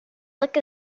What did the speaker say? look